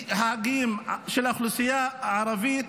מהחגים של האוכלוסייה הערבית,